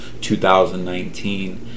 2019